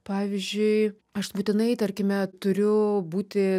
pavyzdžiui aš būtinai tarkime turiu būti